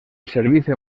servicio